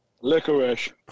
licorice